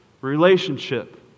relationship